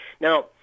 Now